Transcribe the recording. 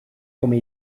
come